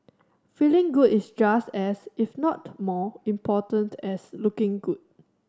feeling good is just as if not more important as looking good